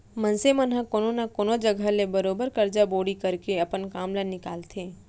मनसे मन ह कोनो न कोनो जघा ले बरोबर करजा बोड़ी करके अपन काम ल निकालथे